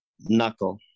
Knuckle